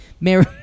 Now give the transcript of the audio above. mary